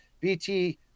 BT